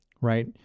right